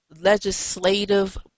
legislative